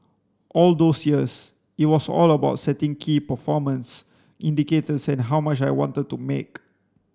all those years it was all about setting key performance indicators and how much I wanted to make